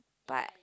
but